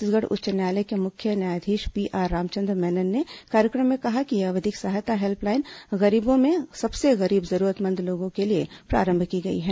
छत्तीसगढ़ उच्च न्यायालय के मुख्य न्यायाधीश पीआर रामचंद मेनन ने कार्यक्रम में कहा कि यह विधिक सहायता हेल्पलाइन गरीबों में सबसे गरीब जरूरतमंद लोगों के लिए प्रारंभ की गई है